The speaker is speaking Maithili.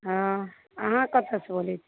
हँ अहाँ कत्तऽसँ बोलै छी